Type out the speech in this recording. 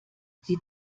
sie